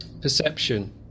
Perception